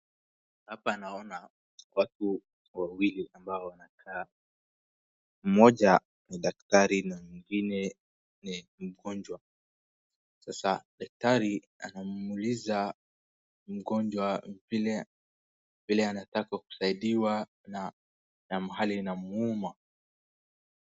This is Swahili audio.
Hapa naona watu wawili ambao wanakaa. Mmoja ni daktari na mwingine ni mgonjwa. Sasa daktari anamuuliza mgonjwa vile anataka kusaidiwa na mahali inamuuma.